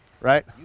Right